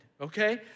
okay